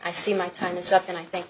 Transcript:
i see my time is up and i think